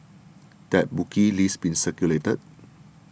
that bookie list being circulated